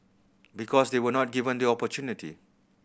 because they were not given the opportunity